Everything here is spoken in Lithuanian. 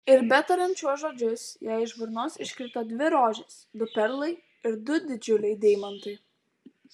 ir betariant šiuos žodžius jai iš burnos iškrito dvi rožės du perlai ir du didžiuliai deimantai